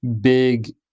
big